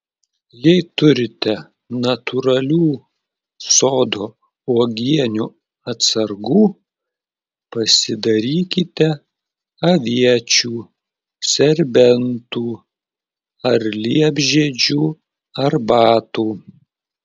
jei turite natūralių sodo uogienių atsargų pasidarykite aviečių serbentų ar liepžiedžių arbatų